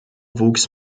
wuchs